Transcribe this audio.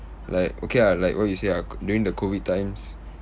like okay ah like what you say uh during the COVID times